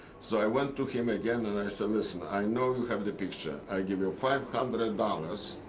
so i went to him again, and i said, listen, i know you have the picture. i give you five hundred dollars